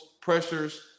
pressures